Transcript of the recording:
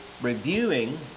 reviewing